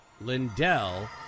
Lindell